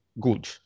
good